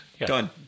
Done